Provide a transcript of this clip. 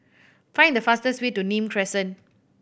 find the fastest way to Nim Crescent